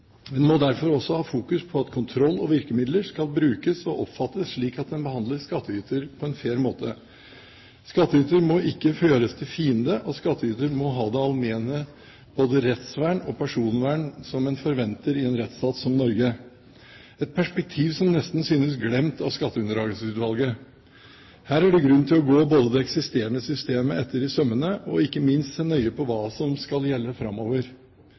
En må derfor også fokusere på at kontroll og virkemidler skal brukes og oppfattes slik at en behandler skattyter på en fair måte. Skattyter må ikke gjøres til fiende, og skattyter må ha det alminnelige både rettsvern og personvern som en forventer i en rettsstat som Norge, et perspektiv som nesten synes glemt av Skatteunndragelsesutvalget. Her er det grunn til å gå det eksisterende systemet etter i sømmene og ikke minst se nøye på hva som skal gjelde framover.